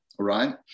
right